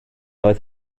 oedd